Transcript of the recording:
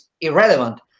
irrelevant